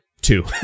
Two